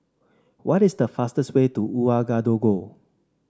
what is the fastest way to Ouagadougou